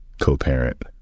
co-parent